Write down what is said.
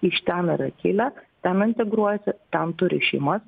iš ten yra kilę ten integruojasi ten turi šeimas